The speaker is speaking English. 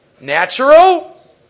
Natural